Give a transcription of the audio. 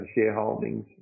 shareholdings